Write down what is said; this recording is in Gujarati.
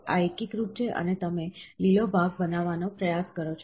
આ એકીકૃત છે અને તમે લીલો ભાગ બનાવવાનો પ્રયાસ કરો છો